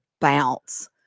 bounce